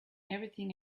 everything